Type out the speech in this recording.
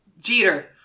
Jeter